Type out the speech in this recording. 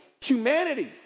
humanity